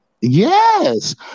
Yes